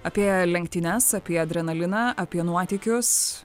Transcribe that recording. apie lenktynes apie adrenaliną apie nuotykius